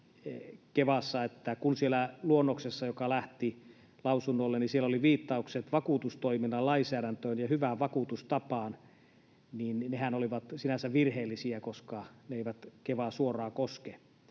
luonnoksessa, joka lähti lausunnolle, oli viittaukset vakuutustoiminnan lainsäädäntöön ja hyvään vakuutustapaan. Nehän olivat sinänsä virheellisiä, koska ne eivät Kevaa suoraan koske.